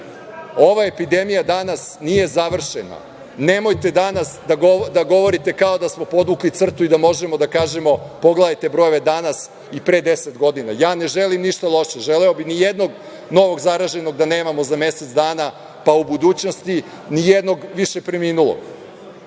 epidemija danas nije završena. Nemojte danas da govorite kao da smo podvukli crtu i da možemo da kažemo – pogledajte brojeve danas i pre 10 godina. Ja ne želim ništa loše. Želeo bih nijednog novog zaraženog da nemamo za mesec dana, pa u budućnosti nijednog više preminulog.